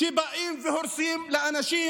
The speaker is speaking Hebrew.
שבאים והורסים לאנשים,